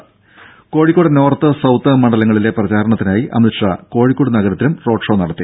ടെട Kozhikode north south മണ്ഡലങ്ങളിലെ പ്രചാരണത്തിനായി അമിത്ഷാ കോഴിക്കോട് നഗരത്തിലും റോഡ് ഷോ നടത്തി